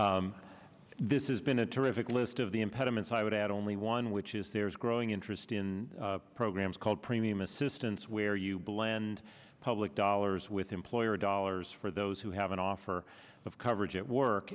will this has been a terrific list of the impediments i would add only one which is there is growing interest in programs called premium assistance where you blend public dollars with employer dollars for those who have an offer of coverage at work